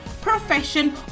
profession